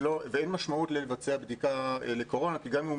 ואין משמעות לביצוע בדיקה לקורונה כי גם אם הוא